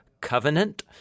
covenant